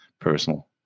personal